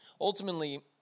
ultimately